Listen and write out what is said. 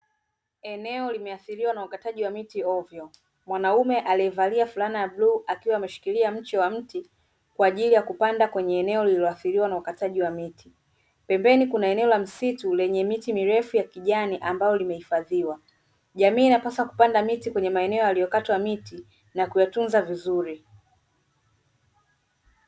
Eneo limeathiriwa na ukataji wa miti ovyo, mwanaume aliyevalia fulana ya bluu akiwa ameshikilia mche wa mti kwa ajili ya kupanda kwenye eneo lililoathiriwa na ukataji wa miti pembeni kuna eneo la msitu lenye miti mirefu ya kijani ambayo limehifadhiwa, jamii inapaswa kupanda miti kwenye maeneo yaliyokatwa miti na kuyatunza vizuri.